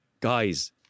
guys